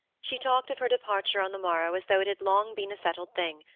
she talked of her departure on the morrow as though it had long been a settled thing,